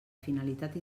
finalitat